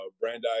Brandeis